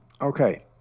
Okay